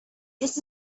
this